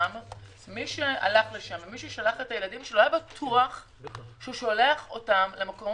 מי שהיה שם או שלח את הילדים שלו היה בטוח שהוא שולח אותם למקום